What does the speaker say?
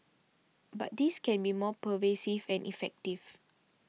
but this can be more pervasive and effective